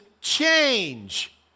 change